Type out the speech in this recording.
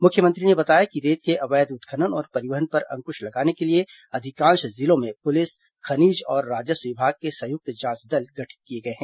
मुख्यमंत्री ने बताया कि रेत के अवैध उत्खनन और परिवहन पर अंकृश लगाने के लिए अधिकांश जिलों में पुलिस खनिज और राजस्व विभाग के संयुक्त जांच दल गठित किए गए हैं